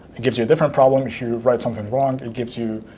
it gives you a different problem if you write something wrong. it gives you